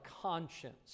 conscience